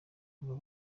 kuva